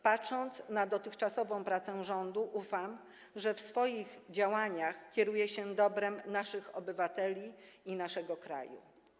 Patrząc na dotychczasową pracę rządu, ufam, że w swoich działaniach kieruje się dobrem naszych obywateli i naszego kraju.